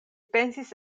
pensis